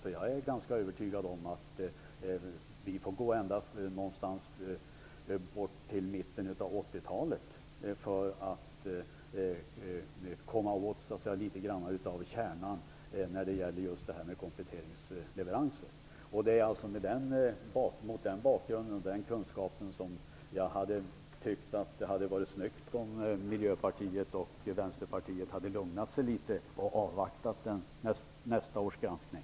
Jag är nämligen ganska övertygad om att vi får gå tillbaka till någon gång i mitten av 80-talet för att komma åt litet grand av kärnan när det gäller just kompletteringsleveranser. Mot den bakgrunden och kunskapen hade det varit snyggt om Miljöpartiet och Vänsterpartiet hade lugnat sig litet och avvaktat nästa års granskning.